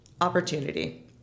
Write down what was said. opportunity